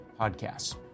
podcasts